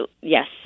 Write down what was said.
Yes